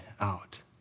out